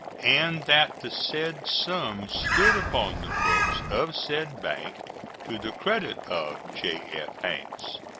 and that the said sum stood upon the books of said bank to the credit of j f. hanks.